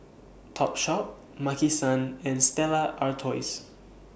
Topshop Maki San and Stella Artois